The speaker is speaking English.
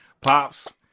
Pops